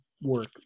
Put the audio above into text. work